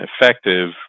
effective